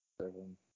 seven